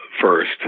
first